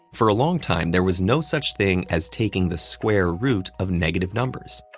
for a long time, there was no such thing as taking the square root of negative numbers.